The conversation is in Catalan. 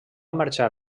marxar